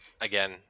again